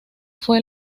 fue